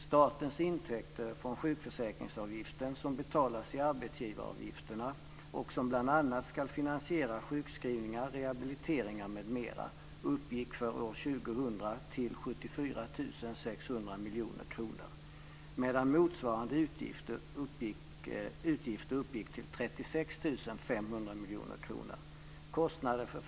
Statens intäkter från sjukförsäkringsavgiften som betalas i arbetsgivaravgifterna och som bl.a. ska finansiera sjukskrivningar och rehabiliteringar uppgick för år 2000 till 74 600 miljoner kronor, medan motsvarande utgifter uppgick till 36 500 miljoner kronor.